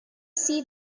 see